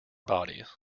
bodies